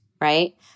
right